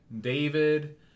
David